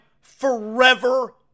forever